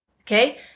okay